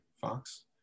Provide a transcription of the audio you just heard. Fox